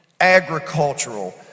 agricultural